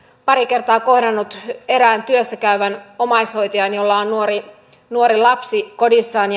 pari kertaa kohdannut erään työssä käyvän omaishoitajan jolla on nuori nuori lapsi kodissaan